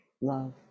love